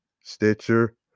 Stitcher